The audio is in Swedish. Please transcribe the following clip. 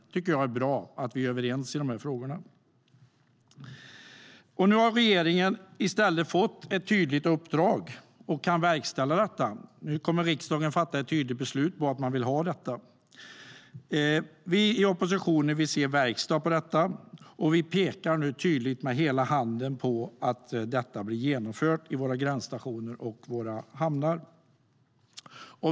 Jag tycker att det är bra att vi är överens i de här frågorna. Nu har regeringen fått ett tydligt uppdrag och kan verkställa det. Riksdagen kommer att fatta ett tydligt beslut om att man vill ha detta. Vi i oppositionen vill se verkstad och pekar nu tydligt med hela handen på att detta ska bli genomfört på våra gränsstationer och i våra hamnar.